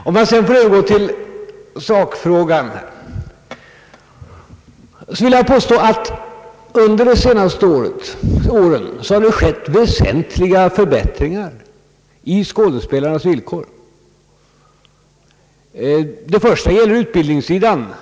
Om jag sedan får övergå till själva sakfrågan, så vill jag påstå att det under de senaste åren skett en väsentlig förbättring av skådespelarnas villkor. I första hand gäller detta utbildningssidan.